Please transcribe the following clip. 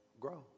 Grow